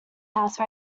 house